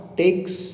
takes